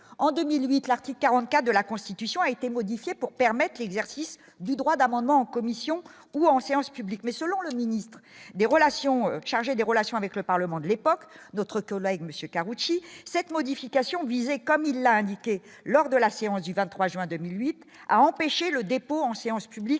en 2008, l'article 44 de la Constitution a été modifiée pour permettent l'exercice du droit d'amendement en commission ou en séance publique, mais selon le ministre des Relations chargé des relations avec le Parlement de l'époque, notre collègue monsieur Karoutchi cette modification comme il l'a indiqué, lors de la séance du 23 juin 2008 à empêcher le dépôt en séance publique,